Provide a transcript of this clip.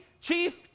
chief